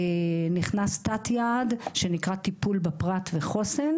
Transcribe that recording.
נכנס תת יעד שנקרא "טיפול בפרט וחוסן",